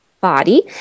body